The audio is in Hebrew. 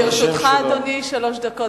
לרשותך, אדוני, שלוש דקות.